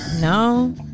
No